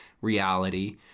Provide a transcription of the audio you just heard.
reality